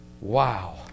Wow